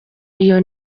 iyo